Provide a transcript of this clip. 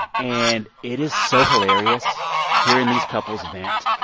and it is so hilarious hearing these couples vent.